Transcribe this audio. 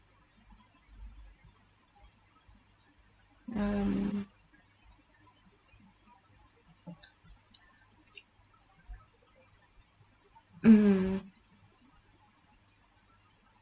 um mm